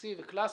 בסיסי וקלאסי,